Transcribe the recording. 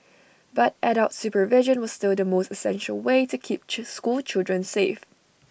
but adult supervision was still the most essential way to keep school children safe